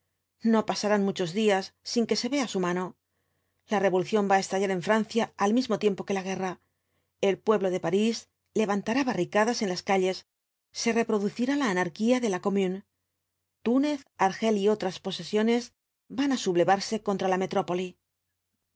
na pasarán muchos días sin que se vea su mano la rerolución va á estallar en francia al mismo tiempo que la guerra el pueblo de parís levantará barricadas en las calles se reproducirá la anarquía de la commune túnez argel y otras posesiones van á sublevarse ontra la metrópoli